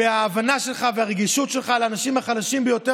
וההבנה שלך והרגישות שלך לאנשים החלשים ביותר